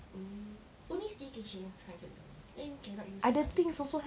mm only staycation hundred dollars then cannot use for other things ah